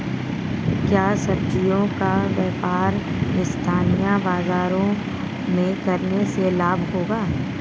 क्या सब्ज़ियों का व्यापार स्थानीय बाज़ारों में करने से लाभ होगा?